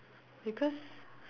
because